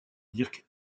dirk